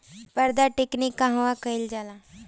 पारद टिक्णी कहवा कयील जाला?